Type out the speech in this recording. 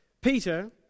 Peter